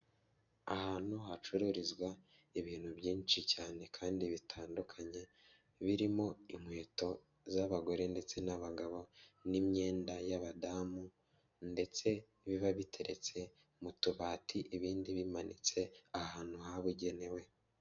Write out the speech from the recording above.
Ahantu hacururizwa ibintu byinshi cyane kandi bitandukanye birimo inkweto z'abagore ndetse n'abagabo n'imyenda y'abadamu ndetse biba biteretse mu tubati ibindi bimanitse ahantu habugenewe.